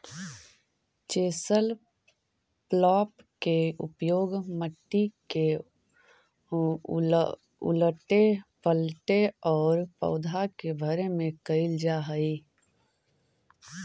chisel plough के उपयोग मट्टी के उलऽटे पलऽटे औउर पौधा के भरे में कईल जा हई